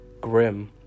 grim